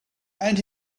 and